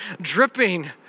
dripping